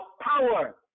power